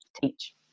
teach